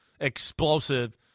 explosive